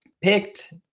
picked